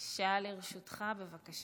שעה לרשותך, בבקשה.